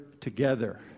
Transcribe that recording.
together